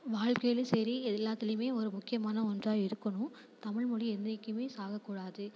வாழ்க்கையிலேயும் சரி எல்லாத்துலேயுமே ஒரு முக்கியமான ஒன்றாக இருக்கணும் தமிழ் மொழி என்றைக்கும் சாகக்கூடாது